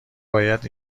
باید